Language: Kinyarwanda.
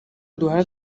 duhora